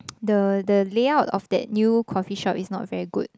the the layout of that new coffee shop is not very good